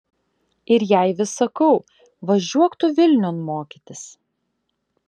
ir jai vis sakau važiuok tu vilniun mokytis